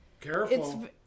Careful